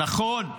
נכון,